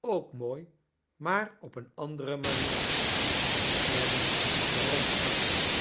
ook mooi maar op een andere manierp zei clennam rondkijkende